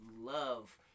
love